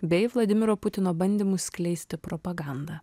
bei vladimiro putino bandymus skleisti propagandą